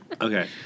Okay